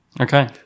Okay